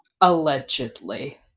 Allegedly